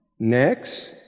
Next